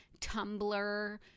Tumblr